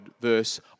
verse